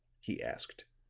he asked.